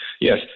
Yes